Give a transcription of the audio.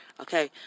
Okay